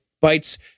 bites